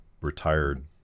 retired